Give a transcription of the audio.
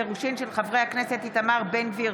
חברי הכנסת איתמר בן גביר